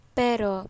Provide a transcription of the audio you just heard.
pero